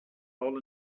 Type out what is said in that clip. all